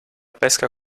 pesca